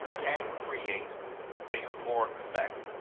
can create a euphoric effect,